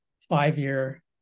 five-year